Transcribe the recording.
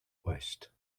west